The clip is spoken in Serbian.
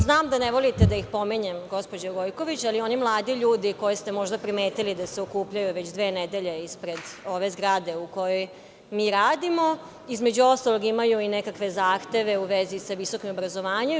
Znam da ne volite da ih pominjem, gospođo Gojković, ali oni mladi ljudi, koje ste možda primetili da se okupljaju već dve nedelje ispred ove zgrade u kojoj mi radimo, između ostalog imaju i nekakve zahteve u vezi sa visokim obrazovanjem.